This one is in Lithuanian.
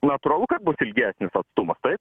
natūralu kad bus ilgesnis atstumas taip